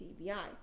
CBI